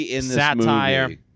satire